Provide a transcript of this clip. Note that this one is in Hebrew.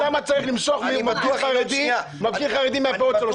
למה צריך למשוך מפגין חרדי מהפאות שלו?